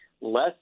less